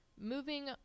Moving